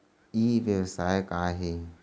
ई व्यवसाय का हे?